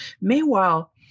Meanwhile